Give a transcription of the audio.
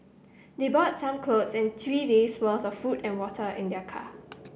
they brought some clothes and three days' worth of food and water in their car